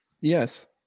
Yes